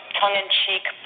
tongue-in-cheek